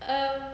um